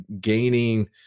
gaining